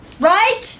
right